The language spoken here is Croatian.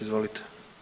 Izvolite.